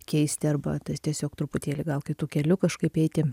keisti arba tas tiesiog truputėlį gal kitu keliu kažkaip eiti